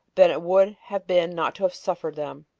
than it would have been not to have suffered them.